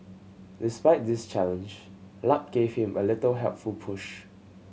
despite this challenge luck gave him a little helpful push